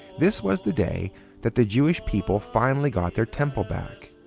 this was the day that the jewish people finally got their temple back,